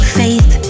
faith